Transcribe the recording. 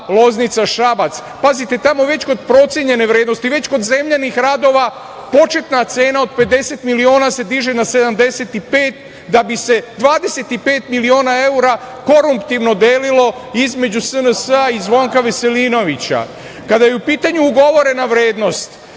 Ruma-Loznica-Šabac. Pazite, tamo već kod procenjene vrednosti, već kod zemljanih gradova početna cena od 50 miliona se diže na 75, da bi se 25 miliona evra koruptivno delilo između SNS i Zvonka Veselinovića. Kada je u pitanju ugovorena vrednost,